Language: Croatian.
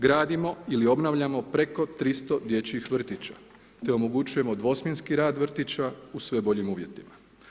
Gradimo ili obnavljamo preko 300 dječjih vrtića, te omogućujemo dvosmjenski rad vrtića u sve boljim uvjetima.